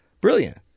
Brilliant